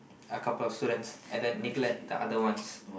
a couple of students and then neglect the other ones